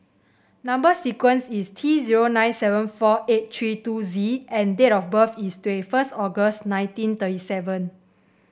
number sequence is T zero nine seven four eight three two Z and date of birth is twenty first August nineteen thirty seven